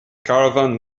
caravan